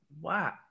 Wow